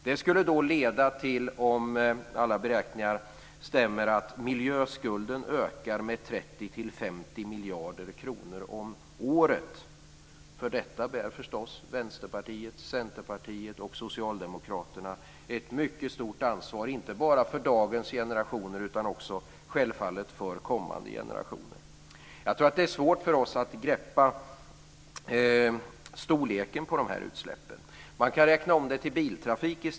Om alla beräkningar stämmer skulle det leda till att miljöskulden ökar med 30-50 miljarder kronor om året. För detta bär förstås Vänsterpartiet, Centerpartiet och Socialdemokraterna ett mycket stort ansvar, inte bara för dagens generationer, utan också självfallet för kommande generationer. Jag tror att det är svårt för oss att greppa storleken på de här utsläppen. Man kan räkna om det till biltrafik.